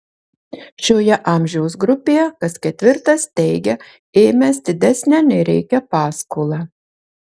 šioje amžiaus grupėje kas ketvirtas teigia ėmęs didesnę nei reikia paskolą